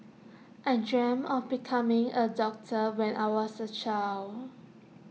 I dreamt of becoming A doctor when I was A child